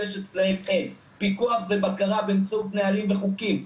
פיקוח ובקרה באמצעות נהלים וחוקים,